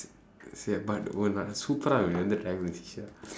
சரி:sari but supera try பண்ணி பார்க்கிறீயா:panni paarkkiriiyaa sheeshah